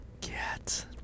Get